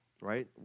right